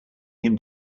him